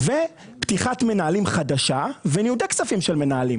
ופתיחת מנהלים חדשה וניודי כספים של מנהלים,